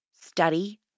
study